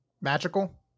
magical